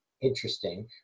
interesting